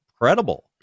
incredible